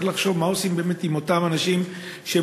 צריך לחשוב מה עושים באמת עם אותם אנשים שאולי